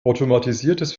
automatisiertes